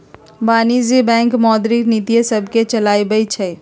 केंद्रीय बैंक मौद्रिक नीतिय सभके चलाबइ छइ